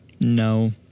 No